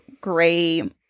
gray